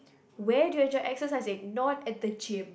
where do you enjoy exercising not at the gym